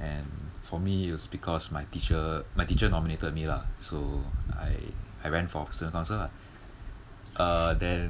and for me it was because my teacher my teacher nominated me lah so I I ran for student council lah uh then